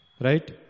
Right